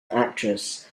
actress